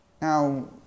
Now